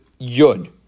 Yud